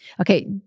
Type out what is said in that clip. Okay